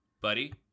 Buddy